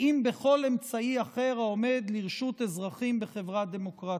ואם בכל אמצעי אחר העומד לרשות אזרחים בחברה דמוקרטית.